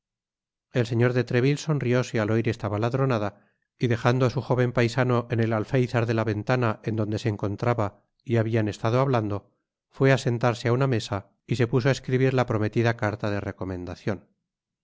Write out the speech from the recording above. el señor de treville sonrióse al oir esta baladronada y dejando á su jóven paisano en el alfeizar de la ventana en donde se encontraba y habian estado hablando fué á sentarse á una mesa y se puso á escribir la prometida carta de recomendacion